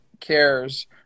cares